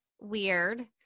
weird